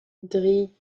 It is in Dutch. drie